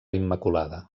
immaculada